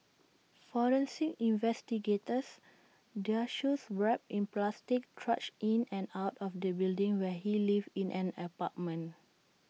forensic investigators their shoes wrapped in plastic trudged in and out of the building where he lived in an apartment